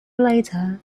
later